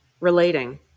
relating